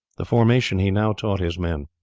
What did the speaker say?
the formation he now taught his men.